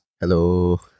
hello